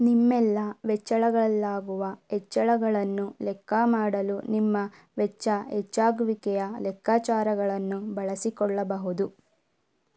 ನಿಮ್ಮೆಲ್ಲ ವೆಚ್ಚಳಗಳಲ್ಲಾಗುವ ಹೆಚ್ಚಳಗಳನ್ನು ಲೆಕ್ಕ ಮಾಡಲು ನಿಮ್ಮ ವೆಚ್ಚ ಹೆಚ್ಚಾಗುವಿಕೆಯ ಲೆಕ್ಕಾಚಾರಗಳನ್ನು ಬಳಸಿಕೊಳ್ಳಬಹುದು